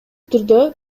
түрдө